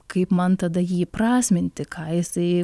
kaip man tada jį įprasminti ką jisai